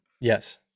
yes